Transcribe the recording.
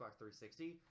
360